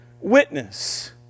witness